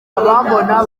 abambona